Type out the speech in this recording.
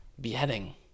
beheading